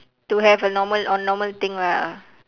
to have a normal orh normal thing lah